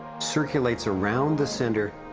circulates around the center